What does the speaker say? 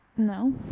no